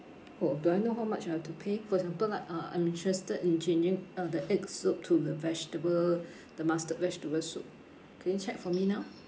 orh do I know how much I have to pay for example like uh I'm interested in changing uh the egg soup to the vegetable the mustard vegetable soup can you check for me now